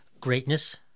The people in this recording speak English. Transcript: greatness